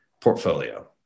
portfolio